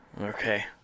okay